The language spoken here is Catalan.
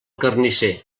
carnisser